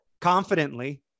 confidently